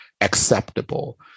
acceptable